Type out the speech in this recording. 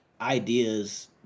ideas